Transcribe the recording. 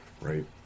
right